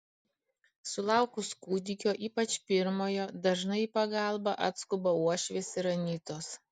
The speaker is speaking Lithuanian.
sulaukus kūdikio ypač pirmojo dažnai į pagalbą atskuba uošvės ir anytos